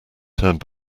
turned